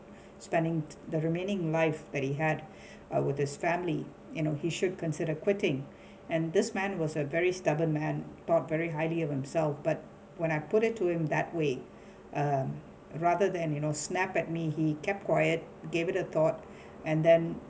spending the remaining life that he had uh with his family you know he should consider quitting and this man was a very stubborn man thought very highly on himself but when I put it to him that way um rather than you know snap at me he kept quiet gave it a thought and then